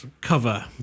cover